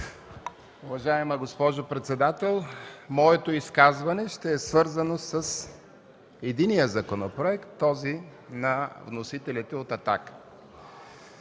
Уважаема госпожо председател, моето изказване ще е свързано с единия законопроект – този на вносителите от